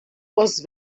was